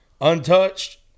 untouched